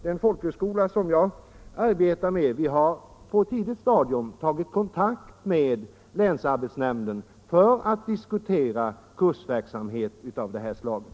Den folkhögskola som jag arbetar med har på ett tidigt stadium tagit kontakt med länsarbetsnämnden för att diskutera kursverksamhet av det här slaget.